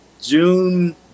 June